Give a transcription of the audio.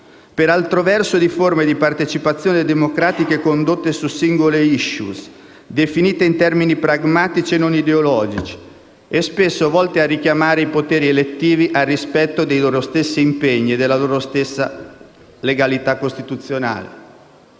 per altro verso, di forme di partecipazione democratica condotte su singole *issues*, definite in termini pragmatici e non ideologici, e spesso volte a richiamare i poteri elettivi al rispetto dei loro stessi impegni e della loro stessa legalità costituzionale.